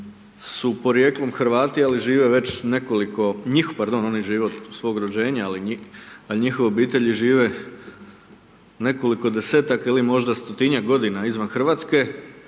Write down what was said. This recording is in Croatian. su poprijekom hrvati a žive već nekoliko, njih, pardon, oni žive od svog rođenja, ali njihove obitelji žive nekoliko desetaka ili stotinjak godina izvan Hrvatske,